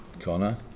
Connor